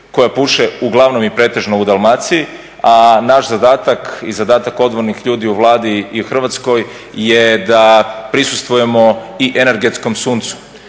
koja puše uglavnom i pretežno u Dalmaciji, a naš zadatak i zadatak odgovornih ljudi u Vladi i u Hrvatskoj je da prisustvujemo i energetskom suncu